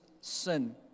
sin